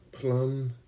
Plum